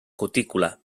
cutícula